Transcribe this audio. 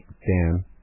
Dan